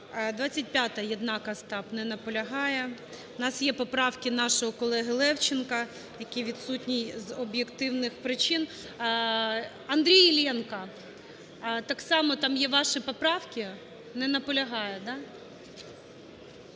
25-а, Єднак Остап. Не наполягає. У нас є поправки нашого колеги Левченка, який відсутній з об'єктивних причин. Андрій Іллєнко, так само там є ваші поправки. Не наполягає, да?